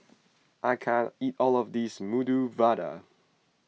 I can't eat all of this Medu Vada